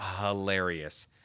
hilarious